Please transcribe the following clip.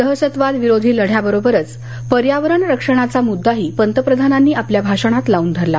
दहशतवाद विरोधी लढ्याबरोबरच पर्यावरण रक्षणाचा मुद्दाही पंतप्रधानांनी आपल्या भाषणात लावून धरला